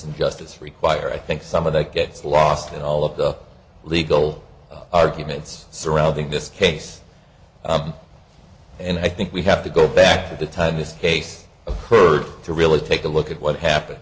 and justice require i think some of that gets lost in all of the legal arguments surrounding this case and i think we have to go back to the time this case occurred to really take a look at what happened